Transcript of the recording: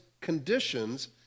conditions